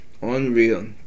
unreal